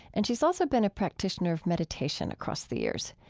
and she's also been a practitioner of meditation across the years.